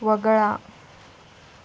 वगळा